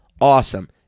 awesome